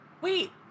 Wait